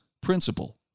principle